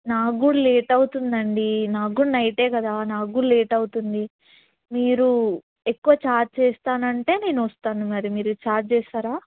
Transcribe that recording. నా కూడా లేట్ అవుతుంది అండి నా కూడా నైట్ కదా నా కూడా లేట్ అవుతుంది మీరు ఎక్కువ ఛార్జ్ చేస్తాను అంటే నేను వస్తాను మరి మీరు ఛార్జ్ చేస్తారా